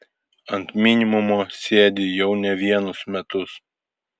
ant minimumo sėdi jau ne vienus metus